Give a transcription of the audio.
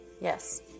Yes